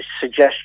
suggestion